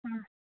आ